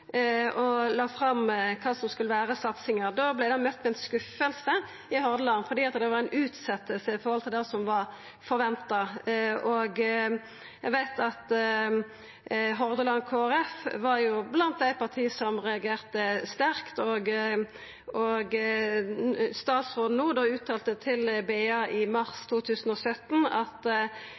og la fram kva som skulle vera satsinga. Da vart det møtt med skuffelse i Hordaland, for det var ei utsetjing i forhold til det som var forventa. Eg veit at Hordaland Kristeleg Folkeparti var blant dei partia som reagerte sterkt. Noverande statsråd uttalte til Bergensavisen i mars 2017: «Jeg har registrert utålmodighet og misnøye fra et samlet årsmøte. Det gjør at